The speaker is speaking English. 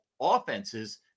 offenses